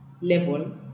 level